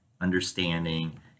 understanding